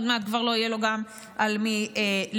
עוד מעט כבר לא יהיה לו גם על מי למשול.